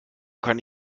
kann